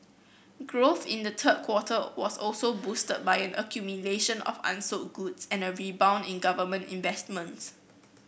growth in the third quarter was also boosted by an accumulation of unsold goods and a rebound in government investments